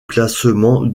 classement